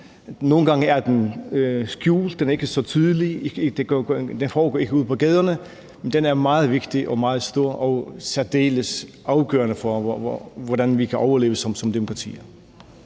Nogle gange er den skjult, den er ikke så tydelig, den foregår ikke ud på gaderne, men den er meget vigtig og meget stor og særdeles afgørende for, hvordan vi kan overleve som demokratier.